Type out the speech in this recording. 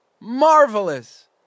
Marvelous